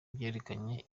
byerekanye